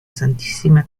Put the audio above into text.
santissima